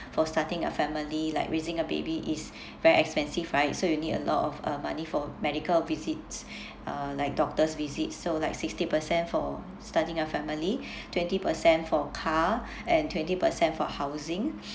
for starting a family like raising a baby is very expensive right so you need a lot of uh money for medical visits uh like doctors' visit so like sixty percent for starting a family twenty percent for car and twenty percent for housing